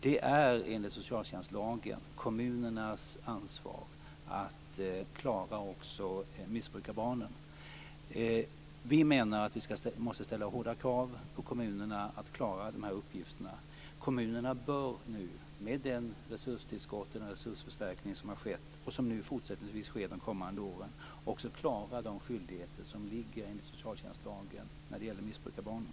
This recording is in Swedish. Det är enligt socialtjänstlagen kommunernas ansvar att klara också missbrukarbarnen. Vi menar att vi måste ställa hårdare krav på kommunerna att klara dessa uppgifter. Kommunerna bör med den resursförstärkning som har skett, och som fortsättningvis sker de kommande åren, klara skyldigheterna enligt socialtjänstlagen när det gäller missbrukarbarnen.